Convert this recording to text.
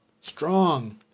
strong